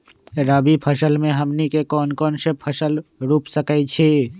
रबी फसल में हमनी के कौन कौन से फसल रूप सकैछि?